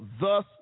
thus